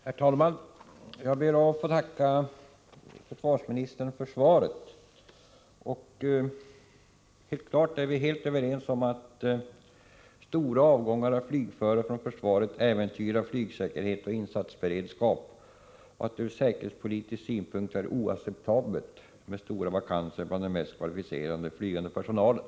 Herr talman! Jag ber att få tacka försvarsministern för svaret. Försvarsministern och jag är helt överens om att ”stora avgångar av flygförare från försvaret äventyrar flygsäkerhet och insatsberedskap” och att det ”från säkerhetspolitisk synpunkt är oacceptabelt med stora vakanser bland den mest kvalificerade flygande personalen”.